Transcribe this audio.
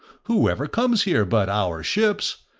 who ever comes here but our ships?